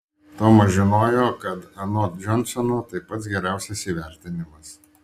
tomas žinojo kad anot džonsono tai pats geriausias įvertinimas